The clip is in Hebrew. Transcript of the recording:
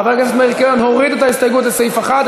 חבר הכנסת מאיר כהן הוריד את ההסתייגות לסעיף 1,